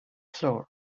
floor